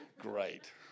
Great